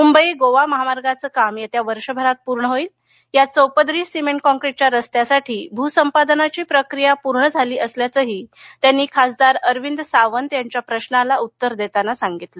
मुंबई गोवा महामार्गाचं काम येत्या वर्षभरात पूर्ण होईल या चौपदरी सिमेंट कॉन्क्रीटच्या रस्त्यासाठी भूसंपादनाची प्रक्रिया पूर्ण झालं असल्याचंही त्यांनी खासदार अरविद सावंत यांच्या प्रश्नाला उत्तर देताना सांगितलं